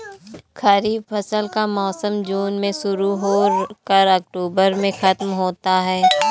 खरीफ फसल का मौसम जून में शुरू हो कर अक्टूबर में ख़त्म होता है